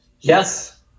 Yes